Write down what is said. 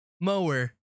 mower